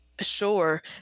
Sure